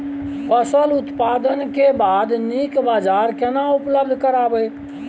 फसल उत्पादन के बाद नीक बाजार केना उपलब्ध कराबै?